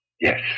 Yes